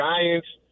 Giants